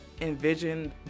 envision